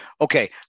Okay